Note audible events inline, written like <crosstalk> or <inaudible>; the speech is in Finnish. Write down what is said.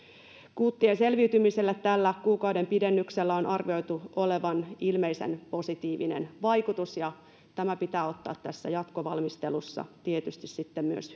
kuuttien selviytymiselle tällä kuukauden pidennyksellä on arvioitu olevan ilmeisen positiivinen vaikutus ja tämä pitää ottaa jatkovalmistelussa tietysti sitten myös <unintelligible>